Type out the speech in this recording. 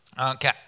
Okay